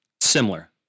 Similar